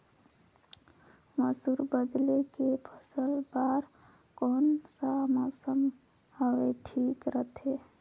मसुर बदले के फसल बार कोन सा मौसम हवे ठीक रथे?